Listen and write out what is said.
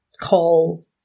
call